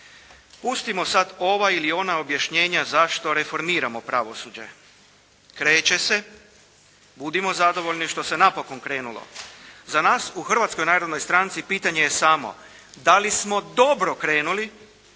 pustimo sada ova ili ona objašnjenja zašto reformiramo pravosuđe. Kreće se, budimo zadovoljni što se napokon krenulo. Za nas u Hrvatskoj narodnoj stranci pitanje je samo da li smo dobro krenuli,